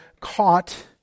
caught